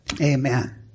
Amen